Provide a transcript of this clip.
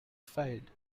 failed